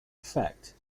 effect